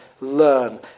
learn